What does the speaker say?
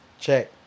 Check